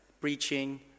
preaching